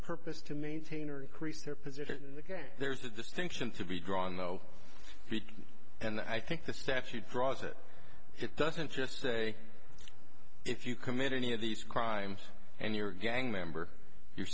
purpose to maintain or increase their position there's a distinction to be drawn though and i think the statute draws that it doesn't just say if you commit any of these crimes and your gang member your